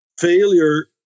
failure